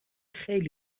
خیلی